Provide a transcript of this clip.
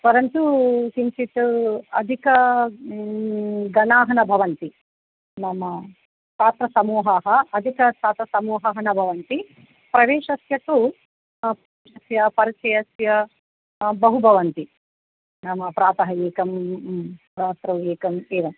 परन्तु किञ्चित् अधिकः गणाः न भवन्ति नाम छात्रसमूहः अधिक छात्रसमुहः न भवन्ति प्रवेशस्य तु तस्य परिचयस्य बहु भवन्ति नाम प्रातः एकं रात्रौ एकं एवं